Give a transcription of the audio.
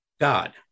God